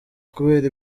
kubera